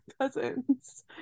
cousins